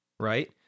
right